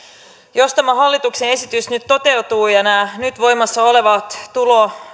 jos tämä hallituksen esitys nyt toteutuu ja nämä nyt voimassa olevat